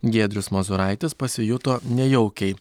giedrius mozuraitis pasijuto nejaukiai